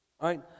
right